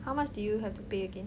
how much do you have to pay again